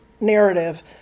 narrative